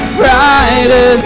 brighter